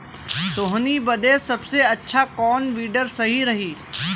सोहनी बदे सबसे अच्छा कौन वीडर सही रही?